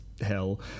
hell